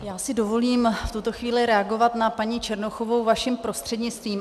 Já si dovolím v tuto chvíli reagovat na paní Černochovou vaším prostřednictvím.